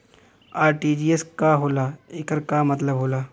RTGS का होला acre का मतलब होला?